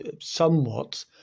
somewhat